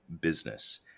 business